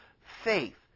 faith